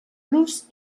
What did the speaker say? los